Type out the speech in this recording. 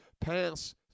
pass